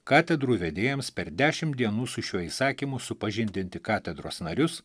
katedrų vedėjams per dešim dienų su šiuo įsakymu supažindinti katedros narius